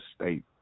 state